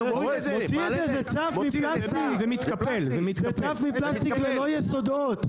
מוציא את זה, זה צף, מפלסטיק, ללא יסודות.